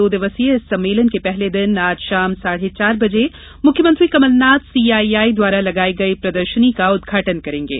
दो दिवसीय इस सम्मेलन के पहले दिन आज शाम साढ़े चार बजे मुख्यमंत्री कमलनाथ सीआईआई द्वारा लगाई गई प्रदर्शनी का उदघाटन करेंगे